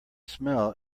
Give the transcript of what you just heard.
smell